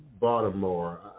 Baltimore